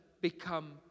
become